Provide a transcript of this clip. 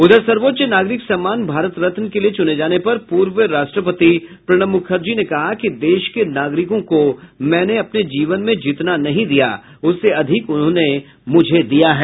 उधर सर्वोच्च नागरिक सम्मान भारत रत्न के लिये चुने जाने पर पूर्व राष्ट्रपति प्रणब मुखर्जी ने कहा कि देश के नागरिकों को मैंने अपने जीवन में जितना नहीं दिया उससे अधिक उन्होंने मुझे दिया है